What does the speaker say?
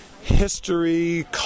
history